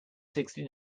sixty